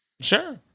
sure